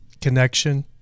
connection